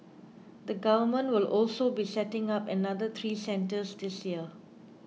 the Government will also be setting up another three centres this year